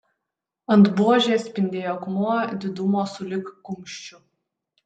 ant buožės spindėjo akmuo didumo sulig kumščiu